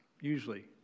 usually